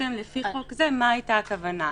כתבתם "לפי חוק זה" מה הייתה הכוונה?